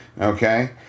okay